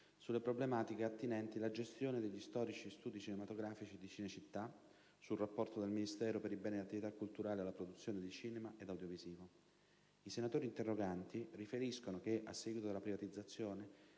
sulle problematiche attinenti la gestione degli storici studi cinematografici di Cinecittà e sul supporto dei Ministero per i beni e le attività culturali alla produzione di cinema ed audiovisivo. I senatori interroganti riferiscono che, a seguito della privatizzazione,